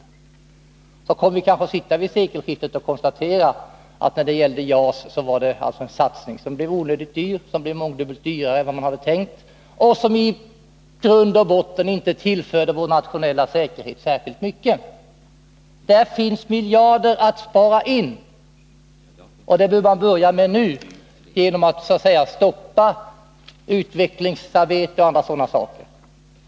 Följden blir kanske att vi kommer att sitta där vid sekelskiftet och konstatera att satsningen på t.ex. JAS blev onödigt dyr, dyrare än man hade tänkt, och att den i grund och botten inte tillförde vår nationella säkerhet särskilt mycket. Här finns alltså miljarder att spara in, och det bör man börja med nu genom att stoppa utvecklingsarbete och alla sådana saker.